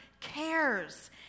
cares